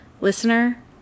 listener